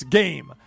game